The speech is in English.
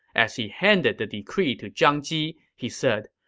as he handed the decree to zhang ji, he said,